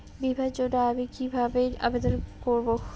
বিমার জন্য আমি কি কিভাবে আবেদন করব?